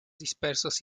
dispersos